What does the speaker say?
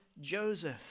Joseph